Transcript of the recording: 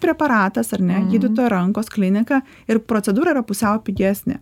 preparatas ar ne gydytojo rankos klinika ir procedūra yra pusiau pigesnė